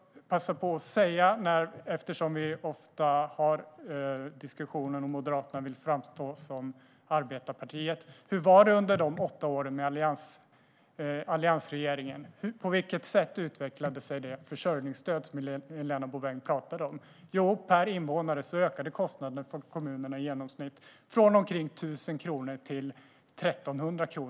Eftersom vi ofta för en diskussion där Moderaterna vill framstå som arbetarpartiet vill jag passa på att fråga hur det var under de åtta åren med alliansregeringen. På vilket sätt utvecklades det försörjningsstöd som Helena Bouveng talade om? Jo, per invånare ökade kostnaderna för kommunerna i genomsnitt från omkring 1 000 kronor till 1 300 kronor.